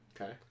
Okay